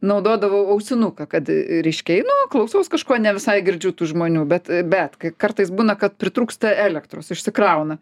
naudodavau ausinuką kad reiškiai einu klausaus kažko ne visai girdžiu tų žmonių bet bet kai kartais būna kad pritrūksta elektros išsikrauna